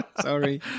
Sorry